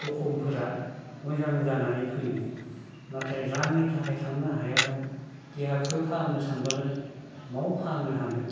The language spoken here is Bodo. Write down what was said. जखमफोरा मोजां जानानै फैयो नाथाय रांनि थाखाय थांनो हायाब्ला देहाखो फाहामनो सानबालाय मबाव फाहामनो हानो